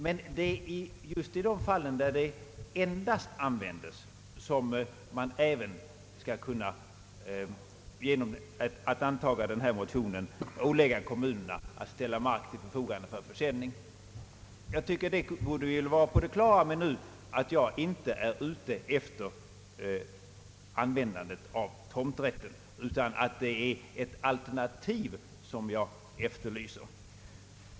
Men just i de fall där tomträttsinstitutet är det enda sättet att få en tomt anser vi att riksdagen genom att bifalla denna motion skall ålägga kommunerna att ställa mark till förfogande för försäljning. Jag tycker att alla nu borde vara på det klara med att jag inte är ute efter tomträttsförfarandet. Det är ett alternativ jag efterlyser.